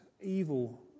evil